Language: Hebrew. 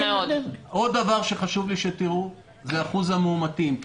עוד דבר שחשוב לי שתראו הוא אחוז החולים המאומתים.